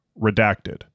Redacted